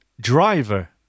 Driver